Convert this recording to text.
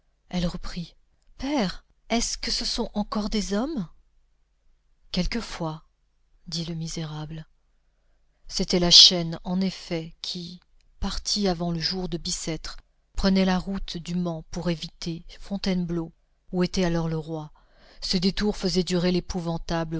elle reprit père est-ce que ce sont encore des hommes quelquefois dit le misérable c'était la chaîne en effet qui partie avant le jour de bicêtre prenait la route du mans pour éviter fontainebleau où était alors le roi ce détour faisait durer l'épouvantable